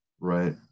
Right